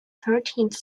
thirteenth